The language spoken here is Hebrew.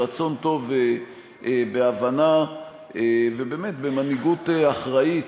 ברצון טוב ובהבנה ובמנהיגות אחראית,